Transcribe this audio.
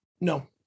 No